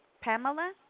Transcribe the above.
Pamela